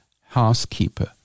housekeeper